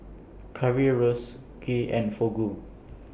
Currywurst Kheer and Fugu